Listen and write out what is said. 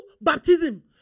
baptism